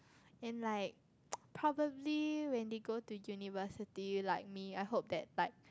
and like probably when they go to university like me I hope that like